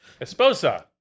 Esposa